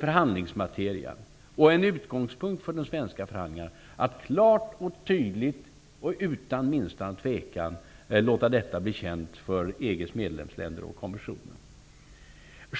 förhandlingsmaterian och en utgångspunkt för de svenska förhandlingarna, låter vi detta klart och tydligt och utan minsta tvekan bli känt för EG:s medlemsländer och kommissionen.